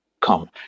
Come